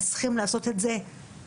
אז צריכים לעשות את זה עכשיו.